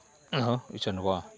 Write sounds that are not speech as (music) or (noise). (unintelligible)